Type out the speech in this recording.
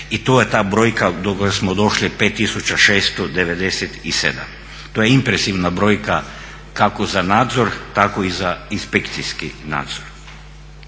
i tu je ta brojka do koje smo došli 5697. To je impresivna brojka kako za nadzor, tako i za inspekcijski nadzor.